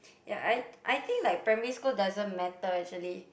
ya I I think like primary school doesn't matter actually